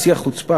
ובשיא החוצפה,